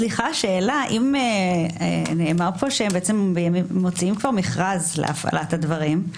שאלה: נאמר פה שמוציאים מכרז להפעלת הדברים.